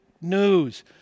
news